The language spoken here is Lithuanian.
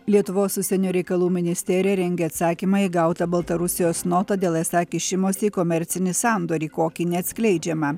lietuvos užsienio reikalų ministerija rengia atsakymą į gautą baltarusijos notą dėl esą kišimosi į komercinį sandorį kokį neatskleidžiama